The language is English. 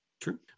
True